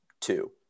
two